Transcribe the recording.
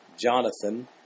Jonathan